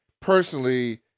personally –